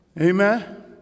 Amen